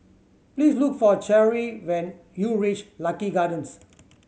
please look for Cherri when you reach Lucky Gardens